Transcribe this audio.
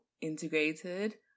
integrated